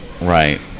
right